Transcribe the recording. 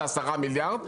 זה עשרה מיליארד,